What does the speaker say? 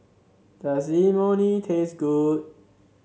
does Imoni taste good